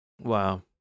Wow